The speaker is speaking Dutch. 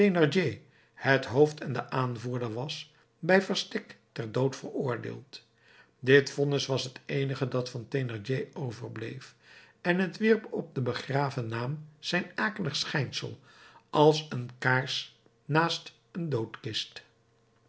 het hoofd en de aanvoerder was bij verstek ter dood veroordeeld dit vonnis was het eenige dat van thénardier overbleef en het wierp op den begraven naam zijn akelig schijnsel als een kaars naast een doodkist